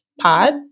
pod